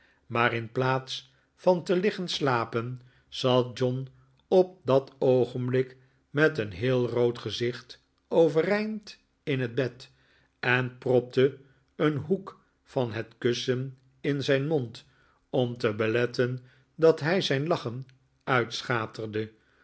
maar in plaats van te liggen slapen zat john op dat oogenblik met een heel rood gezicht overeind in het bed en propte een hoek van het kussen in zijn mond om te beletten dat hij zijn lachen uitschaterde